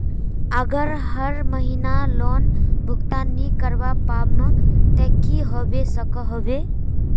अगर हर महीना लोन भुगतान नी करवा पाम ते की होबे सकोहो होबे?